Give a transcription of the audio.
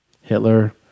Hitler